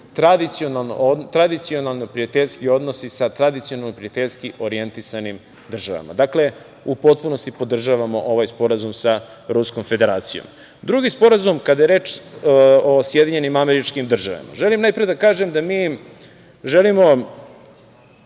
tradicionalno prijateljski odnosi sa tradicionalno prijateljski orijentisanim državama. Dakle, u potpunosti podržavamo ovaj sporazum sa Ruskom Federacijom. Drugi sporazum, kada je reč o SAD, želim najpre da kažem da mi želimo